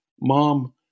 Mom